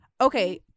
Okay